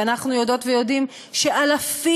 ואנחנו יודעות ויודעים שאלפים,